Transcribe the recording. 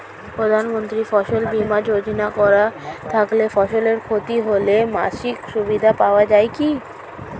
প্রধানমন্ত্রী ফসল বীমা যোজনা করা থাকলে ফসলের ক্ষতি হলে মাসিক সুবিধা পাওয়া য়ায় কি?